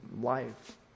life